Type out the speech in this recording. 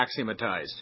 axiomatized